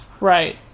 Right